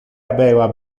habeva